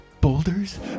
Boulders